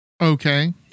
Okay